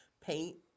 paint